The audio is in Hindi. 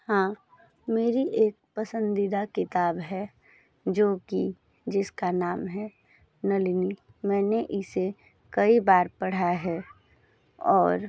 हाँ मेरी एक पसंदीदा किताब है जो कि जिसका नाम है नलिनी मैंने इसे कई बार पढ़ा है और